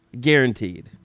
Guaranteed